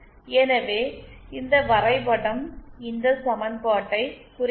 எனவே இந்த வரைபடம் இந்த சமன்பாட்டைக் குறிக்கிறது